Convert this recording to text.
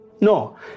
No